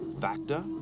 factor